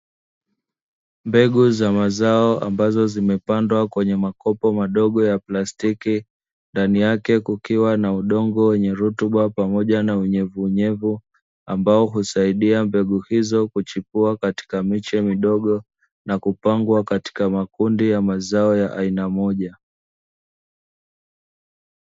Mbegu za mazao ambazo zimepandwa kwenye makopo madogo ya plastiki, ndani yake kukiwa na udongo wenye rutuba, pamoja na unyevuunyevu ambao husaidia mbegu hizo kuchipua katika miche midogo, na kupangwa katika makundi ya mazao ya aina moja.